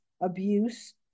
abuse